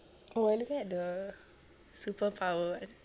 oh I looking at the superpower one